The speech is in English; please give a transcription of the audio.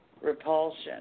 repulsion